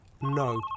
No